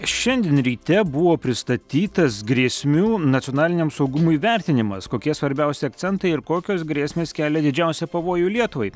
šiandien ryte buvo pristatytas grėsmių nacionaliniam saugumui vertinimas kokie svarbiausi akcentai ir kokios grėsmės kelia didžiausią pavojų lietuvai